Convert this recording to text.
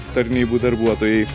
tarnybų darbuotojai